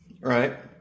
Right